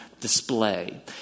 display